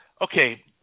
okay